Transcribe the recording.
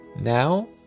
Now